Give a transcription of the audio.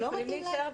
לא מתאים להם?